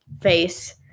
face